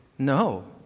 No